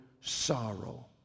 sorrow